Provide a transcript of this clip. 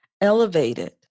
elevated